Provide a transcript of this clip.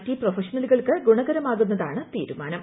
T പ്രൊഫഷണലുകൾക്ക് ഗുണകരമാകുന്നതാണ് തീരുമാനം